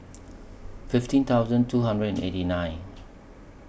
fifteen thousand two hundred and eighty nine